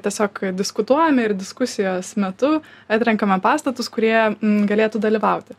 tiesiog diskutuojame ir diskusijos metu atrenkame pastatus kurie galėtų dalyvauti